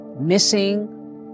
Missing